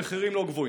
המחירים לא גבוהים.